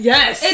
Yes